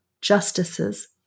justices